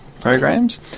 programs